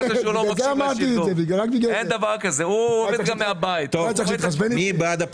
הצבעה בעד פה אחד אושר.